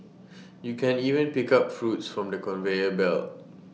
you can even pick up fruits from the conveyor belt